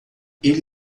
ele